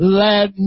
let